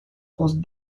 caused